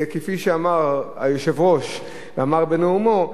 כפי שאמר היושב-ראש בנאומו,